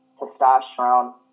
testosterone